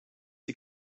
sie